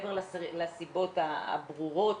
מעבר לסיבות הברורות,